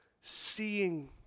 seeing